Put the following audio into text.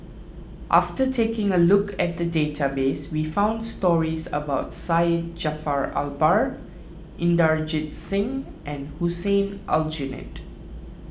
after taking a look at the database we found stories about Syed Jaafar Albar Inderjit Singh and Hussein Aljunied